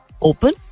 open